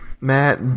Matt